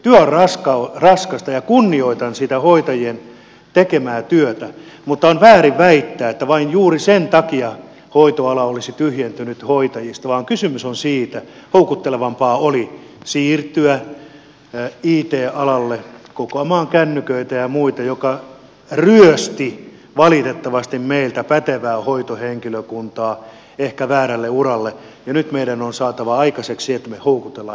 työ on raskasta ja kunnioitan hoitajien tekemää työtä mutta on väärin väittää että vain juuri sen takia hoitoala olisi tyhjentynyt hoitajista vaan kysymys on siitä että houkuttelevampaa oli siirtyä it alalle kokoamaan kännyköitä ja muita mikä ryösti valitettavasti meiltä pätevää hoitohenkilökuntaa ehkä väärälle uralle ja nyt meidän on saatava aikaiseksi että me houkuttelemme heidät takaisin